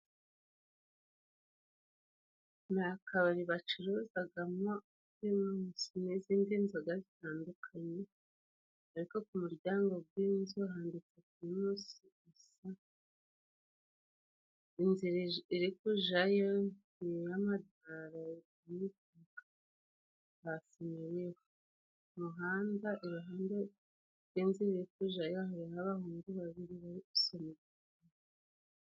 Ni akabari bacuruzamo pirimusi n'izindi nzoga zitandukanye ariko ku muryango w'inzu handitse pirimusi, inzira iri kujyayo ni iya masikariye. Ku muhanda iruhande rw'inzira iri kujyayo hari abahungu babiri bari gusunika.